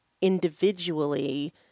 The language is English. individually